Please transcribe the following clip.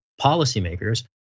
policymakers